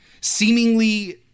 seemingly